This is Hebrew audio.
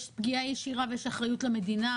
יש פגיעה ישירה ויש אחריות למדינה,